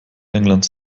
englands